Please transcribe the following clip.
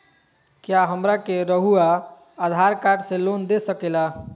क्या हमरा के रहुआ आधार कार्ड से लोन दे सकेला?